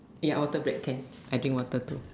ya water break can I drink water too